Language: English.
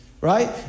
right